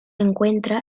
encuentra